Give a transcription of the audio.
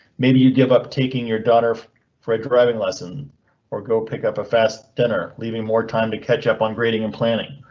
maybe you give up taking your daughter fred driving lesson or go pick up a fast dinner, leaving more time to catch up on grading and planning.